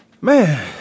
man